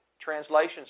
translations